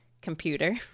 computer